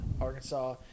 Arkansas